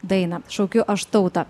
dainą šaukiu aš tautą